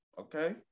Okay